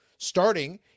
Starting